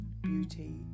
beauty